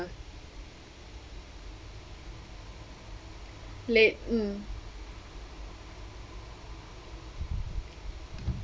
late mm